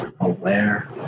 Aware